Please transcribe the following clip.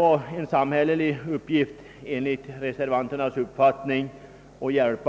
För övrigt bör det enligt reservanternas uppfattning vara en samhällelig angelägenhet